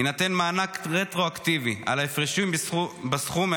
יינתן מענק רטרואקטיבי על ההפרשים בסכום,